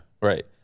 Right